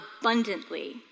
abundantly